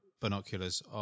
binoculars